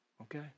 okay